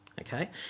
okay